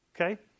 Okay